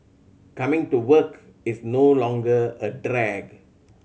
coming to work is no longer a drag